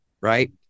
right